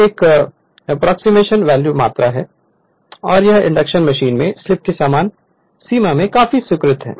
Refer Slide Time 3914 अब यह एक निश्चित एप्रोक्सीमेशन वैल्यू मात्रा है जो एक इंडक्शन मशीन में स्लीप की सामान्य सीमा में काफी स्वीकार्य है